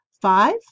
Five